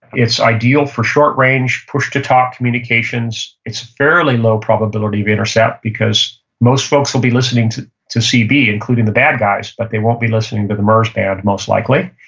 it's ideal for short range, push-to-talk communications. it's fairly low probability of intercept because most folks will be listening to to cb, including the bad guys, but they won't be listening to the murs band, most likely.